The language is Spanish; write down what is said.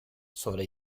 sobre